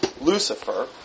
Lucifer